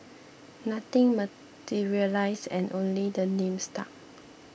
nothing materialised and only the name stuck